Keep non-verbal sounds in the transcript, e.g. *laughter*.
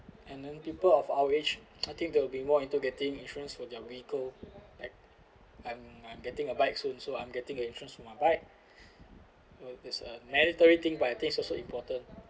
and then people of our age I think there will be more into getting insurance for their vehicle like I'm I'm getting a bike soon so I'm getting an insurance for my bike *breath* well it's a mandatory thing but I think it's also important